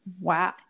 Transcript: wow